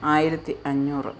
ആയിരത്തി അഞ്ഞൂറ്